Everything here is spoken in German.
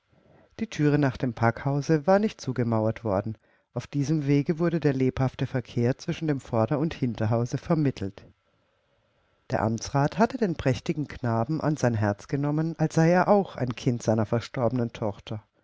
die thüre nach dem packhause war nicht zugemauert worden auf diesem wege wurde der lebhafte verkehr zwischen dem vorder und hinterhause vermittelt der amtsrat hatte den prächtigen knaben an sein herz genommen als sei er auch ein kind seiner verstorbenen tochter